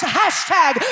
hashtag